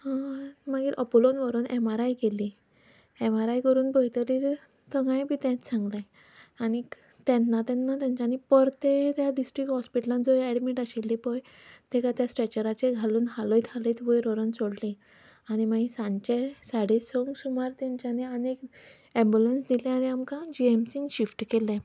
मागीर आपोलोंत व्हरोन एम आर आय केली एम आर आय करून पयतकीर तांगाय बी तेंच सांगलें आनीक तेन्ना तेन्ना तेंच्यांनी परतें त्या डिस्ट्रिक्ट हॉस्पिटलांत जंय एडमिट आशिली पळय ताका त्या स्ट्रॅचराचेर घालून हालयत हालयत वयर व्होरोन सोडली आनी मागीर सांजचे साडे संक सुमार तेंच्यांनी आनी एक एम्बुलंस दिली आनी आमकां जी एम सींत शिफ्ट केलें